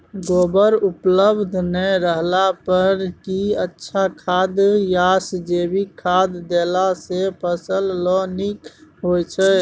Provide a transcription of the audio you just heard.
गोबर उपलब्ध नय रहला पर की अच्छा खाद याषजैविक खाद देला सॅ फस ल नीक होय छै?